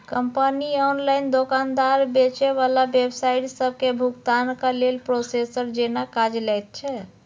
company online दोकानदार, बेचे बला वेबसाइट सबके भुगतानक लेल प्रोसेसर जेना काज लैत छै